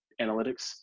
analytics